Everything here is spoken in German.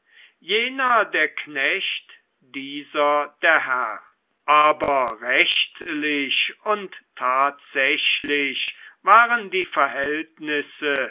jener der knecht dieser der herr aber rechtlich und tatsächlich waren die verhältnisse